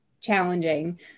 challenging